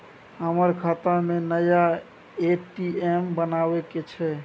हमर खाता में नया ए.टी.एम बनाबै के छै?